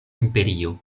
imperio